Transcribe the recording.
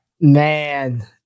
Man